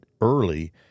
early